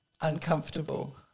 uncomfortable